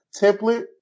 template